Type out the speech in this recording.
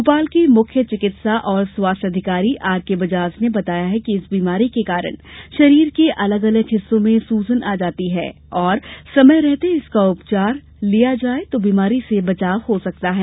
भोपाल के मुख्य चिकित्सा और स्वास्थ्य अधिकारी आर के बजाज ने बताया कि इस बीमारी के कारण शरीर के अलग अलग हिस्सों में में सूजन आज जाती है और समय रहते इसका उपचार कर लिया जाये तो बीमारी से बचाव हो सकता है